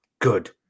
good